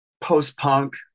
post-punk